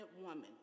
woman